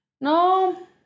No